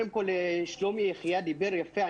שלומי יחיאב דיבר יפה,